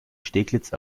steglitz